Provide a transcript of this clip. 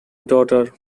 daughter